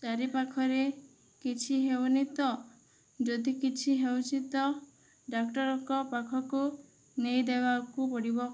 ଚାରି ପାଖରେ କିଛି ହେଉନାହିଁ ତ ଯଦି କିଛି ହେଉଛି ତ ଡାକ୍ଟରଙ୍କ ପାଖକୁ ନେଇ ଦେବାକୁ ପଡ଼ିବ